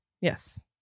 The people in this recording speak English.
Yes